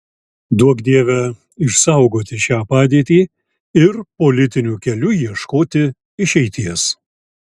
duok dieve išsaugoti šią padėtį ir politiniu keliu ieškoti išeities